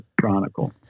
Chronicle